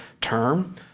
term